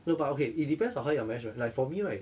no but okay it depends on how you manage your like for me right